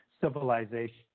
civilization